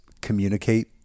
communicate